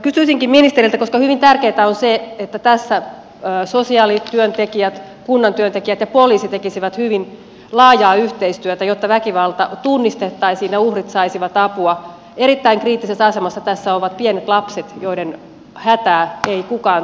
kysyisinkin ministeriltä koska hyvin tärkeätä on se että tässä sosiaalityöntekijät kunnan työntekijät ja poliisit tekisivät hyvin laajaa yhteistyötä jotta väkivalta tunnistettaisiin ja uhrit saisivat apua erittäin kriittisessä asemassa tässä ovat pienet lapset joiden hätää ei kukaan tunnista